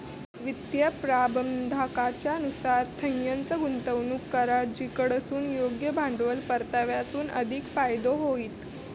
वित्तीय प्रबंधाकाच्या नुसार थंयंच गुंतवणूक करा जिकडसून योग्य भांडवल परताव्यासून अधिक फायदो होईत